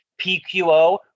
PQO